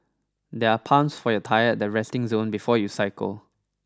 there are pumps for your tyres at the resting zone before you cycle